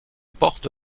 porte